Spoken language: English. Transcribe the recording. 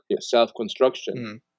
self-construction